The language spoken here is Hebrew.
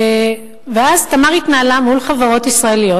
ואז "תמר" התנהלה מול חברות ישראליות,